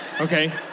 Okay